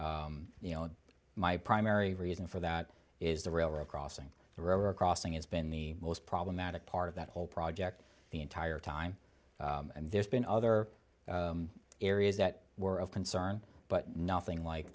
you know my primary reason for that is the railroad crossing the river crossing it's been the most problematic part of that whole project the entire time and there's been other areas that were of concern but nothing like